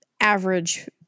average